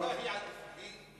בעניין הזה,